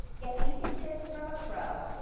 get painting tips from a pro,